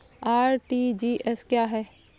RTGS क्या है?